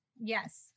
Yes